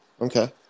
Okay